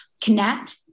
Connect